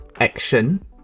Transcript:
action